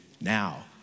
now